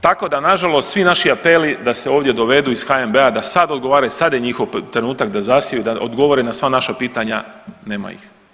Tako da nažalost svi naši apeli da se ovdje dovedu iz HNB-a da sada odgovaraju, sad je njihov trenutak da zasiju, da odgovore na sva naša pitanja, nema ih.